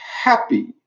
happy